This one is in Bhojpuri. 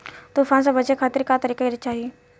तूफान से बचे खातिर का करे के चाहीं?